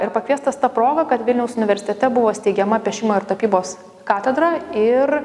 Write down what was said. ir pakviestas ta proga kad vilniaus universitete buvo steigiama piešimo ir tapybos katedra ir